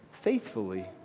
faithfully